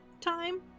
time